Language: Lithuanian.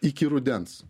iki rudens